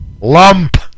Lump